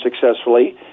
successfully